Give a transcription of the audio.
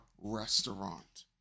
restaurant